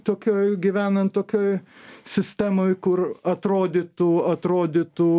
tokioj gyvenant tokioj sistemoj kur atrodytų atrodytų